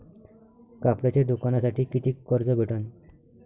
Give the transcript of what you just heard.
कापडाच्या दुकानासाठी कितीक कर्ज भेटन?